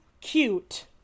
cute